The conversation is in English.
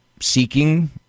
seeking